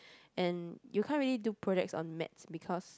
and you can't really do project on maths because